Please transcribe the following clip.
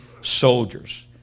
soldiers